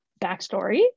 backstory